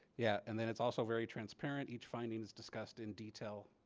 yeah. and then it's also very transparent each finding is discussed in detail.